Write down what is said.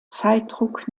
zeitdruck